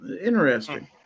Interesting